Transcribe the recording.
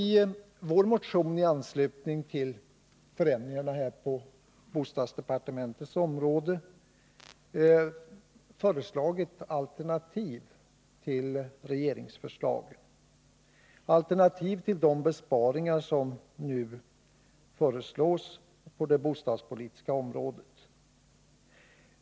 I anslutning till förändringarna beträffande bostadspolitiken har i vår motion föreslagits alternativ till propositionen, alternativ till de besparingar som nu föreslås på det bostadspolitiska området.